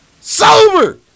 Sober